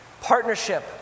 Partnership